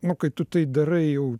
nu kai tu tai darai jau